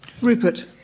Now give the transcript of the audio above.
Rupert